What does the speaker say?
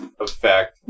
effect